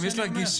אם יש לה גישה,